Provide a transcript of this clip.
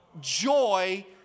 Joy